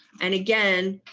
and again,